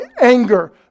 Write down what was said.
anger